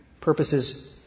purposes